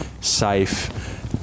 safe